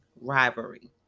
rivalry